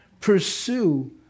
Pursue